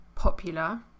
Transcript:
popular